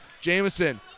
Jameson